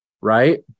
right